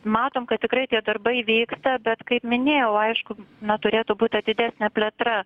matom kad tikrai tie darbai vyksta bet kaip minėjau aišku na turėtų būti didesnė plėtra